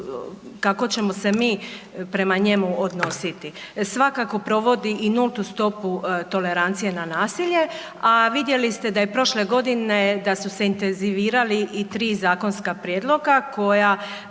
kako ćemo se mi prema njemu odnositi. Svakako provodi i nultu stopu tolerancije na nasilje, a vidjeli ste da se prošle godine da su se intenzivirali i tri zakonska prijedloga koja